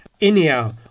anyhow